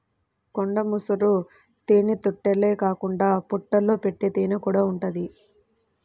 కొండ ముసురు తేనెతుట్టెలే కాకుండా పుట్టల్లో పెట్టే తేనెకూడా ఉంటది